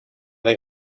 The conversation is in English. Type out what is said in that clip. they